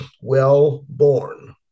well-born